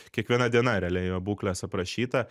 kiekviena diena realiai jo būklės aprašyta